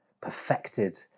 perfected